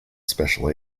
special